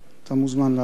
אתה מוזמן לעלות.